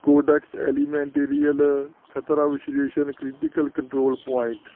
codex alimentarius ਖ਼ਤਰਾ ਵਿਸੇਸ਼ਨ critical control point